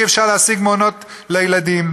אי-אפשר להשיג מעונות לילדים,